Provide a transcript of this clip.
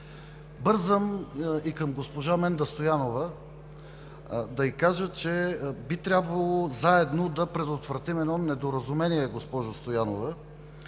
Бързам и към госпожа Менда Стоянова – да ѝ кажа, че би трябвало заедно да предотвратим едно недоразумение. Защото в